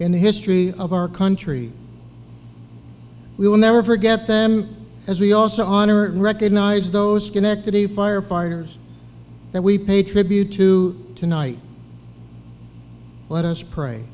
in the history of our country we will never forget them as we also honor and recognize those schenectady firefighters that we pay tribute to tonight let us pray